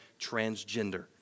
transgender